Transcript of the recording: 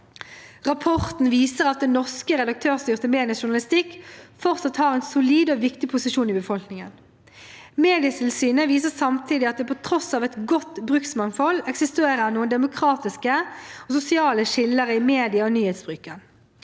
Rapporten viser at de norske redaktørstyrte medienes journalistikk fortsatt har en solid og viktig posisjon i befolkningen. Medietilsynet viser samtidig til at det på tross av et godt bruksmangfold eksisterer noen demografiske og sosiale skiller i medie- og nyhetsbruken.